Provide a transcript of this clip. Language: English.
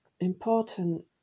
important